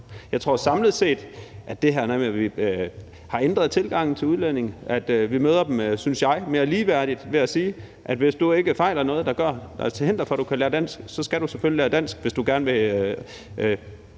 jeg tror samlet set, at det er det her med, at vi har ændret tilgangen til udlændinge, hvor vi, synes jeg, møder dem mere ligeværdigt ved at sige, at du, hvis du ikke fejler noget, der er til hinder for, at du kan lære dansk, så selvfølgelig skal lære dansk, og at vi